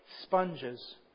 sponges